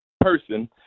person